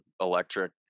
electric